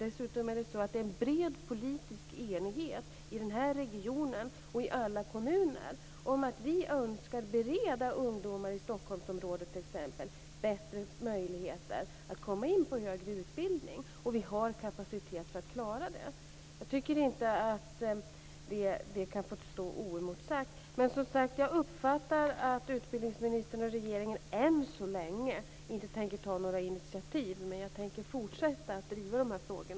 Dessutom finns det en bred politisk enighet i denna region och i alla kommuner om att vi önskar bereda ungdomar i t.ex. Stockholmsområdet bättre möjligheter att komma in på högre utbildning. Och vi har kapacitet för att klara det. Jag tycker inte att det kan få stå oemotsagt. Jag uppfattar emellertid att utbildningsministern och regeringen än så länge inte tänker ta några initiativ, men jag tänker fortsätta att driva dessa frågor.